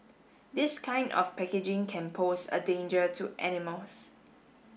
this kind of packaging can pose a danger to animals